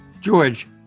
George